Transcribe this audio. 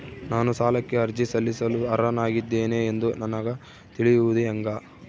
ನಾನು ಸಾಲಕ್ಕೆ ಅರ್ಜಿ ಸಲ್ಲಿಸಲು ಅರ್ಹನಾಗಿದ್ದೇನೆ ಎಂದು ನನಗ ತಿಳಿಯುವುದು ಹೆಂಗ?